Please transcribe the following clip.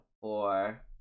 four